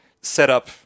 setup